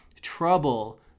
trouble